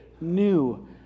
new